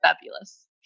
fabulous